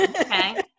Okay